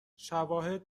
شواهد